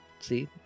See